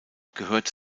gehörte